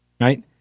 right